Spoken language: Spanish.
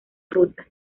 ruta